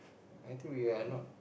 I think we are not